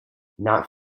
not